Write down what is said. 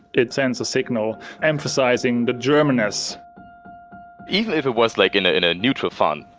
it sends a signal emphasizing the germanness even if it was like in in a neutral font,